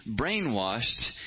brainwashed